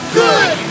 good